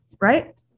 right